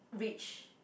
rich